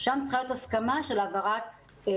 שם צריכה להיות הסכמה של העברת מוסד,